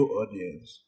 audience